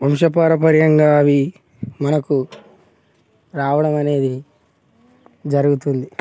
వంశపారపర్యంగా అవి మనకు రావడం అనేది జరుగుతుంది